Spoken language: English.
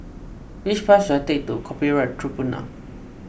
which bus should I take to Copyright Tribunal